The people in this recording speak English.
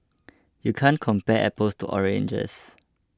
you can't compare apples to oranges